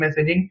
messaging